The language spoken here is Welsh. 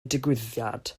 digwyddiad